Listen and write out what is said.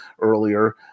earlier